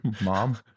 Mom